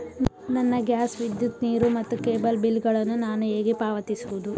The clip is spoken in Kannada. ನನ್ನ ಗ್ಯಾಸ್, ವಿದ್ಯುತ್, ನೀರು ಮತ್ತು ಕೇಬಲ್ ಬಿಲ್ ಗಳನ್ನು ನಾನು ಹೇಗೆ ಪಾವತಿಸುವುದು?